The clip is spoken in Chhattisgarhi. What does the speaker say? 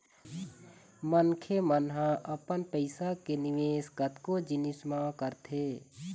मनखे मन ह अपन पइसा के निवेश कतको जिनिस म करथे